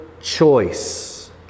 choice